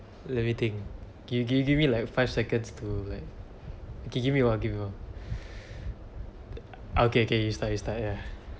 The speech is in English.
let me think gimme gimme give me like five seconds to like okay give me a while give me one okay okay you start you start ya